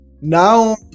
Now